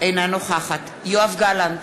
אינה נוכחת יואב גלנט,